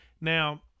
now